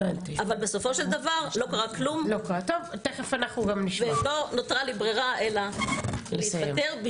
אבל בסופו של דבר לא קרה כלום ולא נותרה לי ברירה אלא להתפטר.